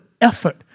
effort